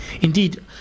Indeed